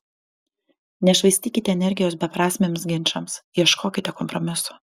nešvaistykite energijos beprasmiams ginčams ieškokite kompromiso